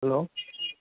हलो